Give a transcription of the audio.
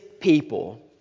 people